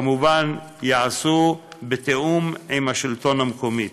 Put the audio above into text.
כמובן, ייעשו בתיאום עם השלטון המקומי.